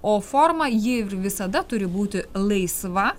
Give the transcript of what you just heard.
o formą ji ir visada turi būti laisva